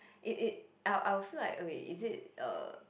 it it I'll I'll feel like okay is it uh